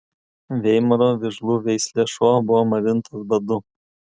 veimaro vižlų veislės šuo buvo marintas badu